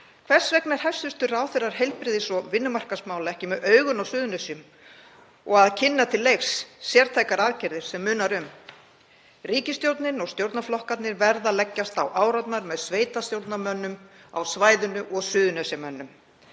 Hvers vegna er hæstv. ráðherra heilbrigðis- og vinnumarkaðsmála ekki með augun á Suðurnesjum og að kynna til leiks sértækar aðgerðir sem munar um? Ríkisstjórnin og stjórnarflokkarnir verða að leggjast á árarnar með sveitarstjórnarmönnum á svæðinu og Suðurnesjamönnum.